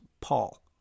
Paul